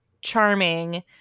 charming